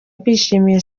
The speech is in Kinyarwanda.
bishimiye